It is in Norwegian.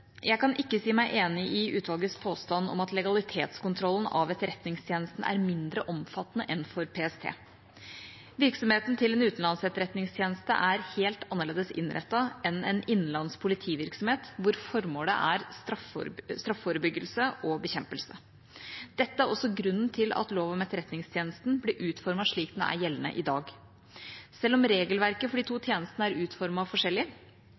Jeg kan ikke si meg enig i utvalgets påstand om at legalitetskontrollen av Etterretningstjenesten er mindre omfattende enn for PST. Virksomheten til en utenlandsetterretningstjeneste er helt annerledes innrettet enn en innenlands politivirksomhet, der formålet er straff, forebyggelse og bekjempelse. Dette er også grunnen til at loven om Etterretningstjenesten ble utformet slik den er gjeldende i dag. Selv om regelverket for de to tjenestene er utformet forskjellig,